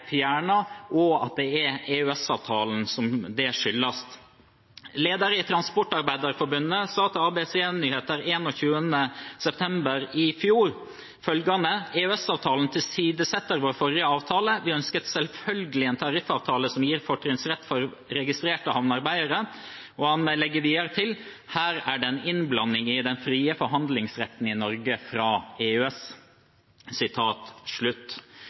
og at det skyldes EØS-avtalen. Lederen i Transportarbeiderforbundet sa følgende til ABC Nyheter 21. september i fjor: «EØS-avtalen tilsidesetter vår forrige avtale. Vi ønsket selvfølgelig en tariffavtale som gir fortrinnsrett for registrerte havnearbeidere.» Han la til: «Her er det en innblanding i den frie forhandlingsretten i Norge fra EØS.»